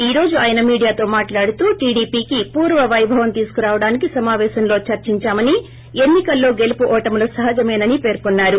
ఈ రోజు ఆయన మీడియాతో మాట్లాడుతూ టీడీపీకి పూర్వ పైభవం తీసుకురావడానికి సమావేశంలో చర్సించామని ఎన్సి కల్లో గెలుపు ఓటములప్ సహజమేనని పెర్కున్నారు